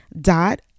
dot